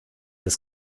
des